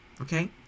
Okay